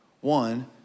One